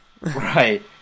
right